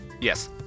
Yes